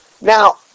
Now